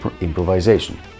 improvisation